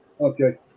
Okay